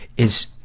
is,